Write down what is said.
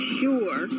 sure